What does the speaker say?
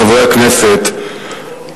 חברי הכנסת,